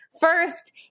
first